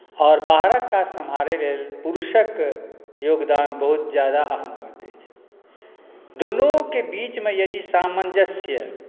आओर बाहरक काज सम्हारय लेल पुरुषक योगदान बहुत ज्यादा अहम होइत अछि दुनूके बीचमे यदि सामञ्जस्य